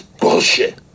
bullshit